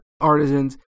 artisans